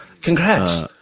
Congrats